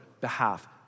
behalf